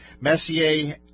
Messier